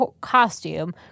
costume